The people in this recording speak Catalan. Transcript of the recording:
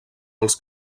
els